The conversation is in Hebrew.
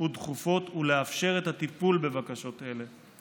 ודחופות ולאפשר את הטיפול בבקשות אלה.